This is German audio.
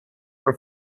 der